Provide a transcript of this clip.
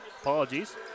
Apologies